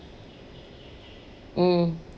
mm